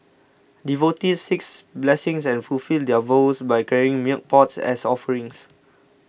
devotees seek blessings and fulfil their vows by carrying milk pots as offerings